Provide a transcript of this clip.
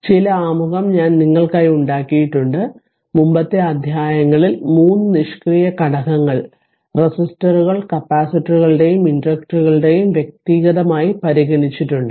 അതിനാൽ ചില ആമുഖം ഞാൻ നിങ്ങൾക്കായി ഉണ്ടാക്കിയിട്ടുണ്ട് മുമ്പത്തെ അധ്യായങ്ങളിൽ 3 നിഷ്ക്രിയ ഘടകങ്ങൾ റെസിസ്റ്ററുകൾ കപ്പാസിറ്ററുകളെയും ഇൻഡക്ടറുകളെയും വ്യക്തിഗതമായി പരിഗണിച്ചിട്ടുണ്ട്